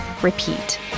repeat